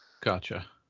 gotcha